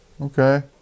Okay